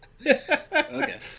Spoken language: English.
Okay